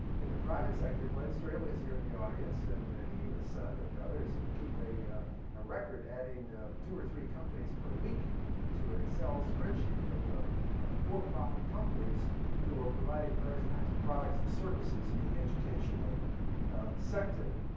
in the private sector, glenn so here in the audience, and he and his son and others keep a yeah ah record adding two or three companies per week to an excel spreadsheet of of for-profit companies who are providing various kinds of products and services in the educational sector.